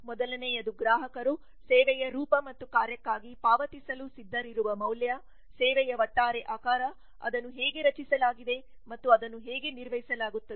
ಮೊದಲನೆಯದು ಗ್ರಾಹಕರು ಸೇವೆಯ ರೂಪ ಮತ್ತು ಕಾರ್ಯಕ್ಕಾಗಿ ಪಾವತಿಸಲು ಸಿದ್ಧರಿರುವ ಮೌಲ್ಯ ಸೇವೆಯ ಒಟ್ಟಾರೆ ಆಕಾರ ಅದನ್ನು ಹೇಗೆ ರಚಿಸಲಾಗಿದೆ ಮತ್ತು ಅದನ್ನು ಹೇಗೆ ನಿರ್ವಹಿಸಲಾಗುತ್ತದೆ